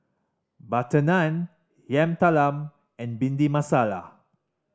butter naan Yam Talam and Bhindi Masala